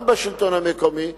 גם בשלטון המקומי.